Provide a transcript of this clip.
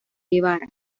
guevara